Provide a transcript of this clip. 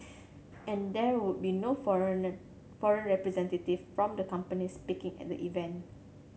and there would be no foreigner foreign representative from the companies speaking at the event